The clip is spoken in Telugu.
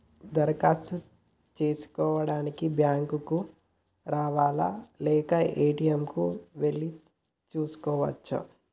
దరఖాస్తు చేసుకోవడానికి బ్యాంక్ కు రావాలా లేక ఏ.టి.ఎమ్ కు వెళ్లి చేసుకోవచ్చా?